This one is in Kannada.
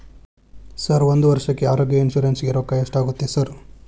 ಸರ್ ಒಂದು ವರ್ಷಕ್ಕೆ ಆರೋಗ್ಯ ಇನ್ಶೂರೆನ್ಸ್ ಗೇ ರೊಕ್ಕಾ ಎಷ್ಟಾಗುತ್ತೆ ಸರ್?